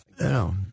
no